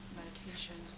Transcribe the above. meditation